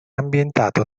ambientato